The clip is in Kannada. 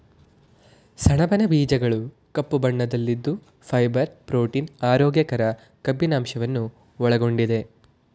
ಸಣಬಿನ ಬೀಜಗಳು ಕಪ್ಪು ಬಣ್ಣದಲ್ಲಿದ್ದು ಫೈಬರ್, ಪ್ರೋಟೀನ್, ಆರೋಗ್ಯಕರ ಕೊಬ್ಬಿನಂಶವನ್ನು ಒಳಗೊಂಡಿದೆ